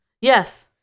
Yes